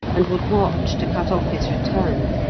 and would watch to cut off his return.